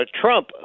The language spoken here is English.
trump